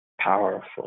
powerful